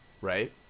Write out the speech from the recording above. right